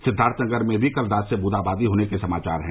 सिद्वार्थनगर में भी कल रात से बूंदाबांदी होने के समाचार हैं